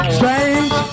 Strange